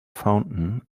fountain